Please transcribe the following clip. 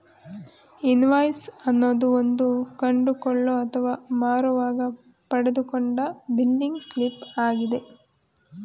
invoice ಅನ್ನೋದು ಒಂದು ಕೊಂಡುಕೊಳ್ಳೋ ಅಥವಾ ಮಾರುವಾಗ ಪಡೆದುಕೊಂಡ ಬಿಲ್ಲಿಂಗ್ ಸ್ಲಿಪ್ ಆಗಿದೆ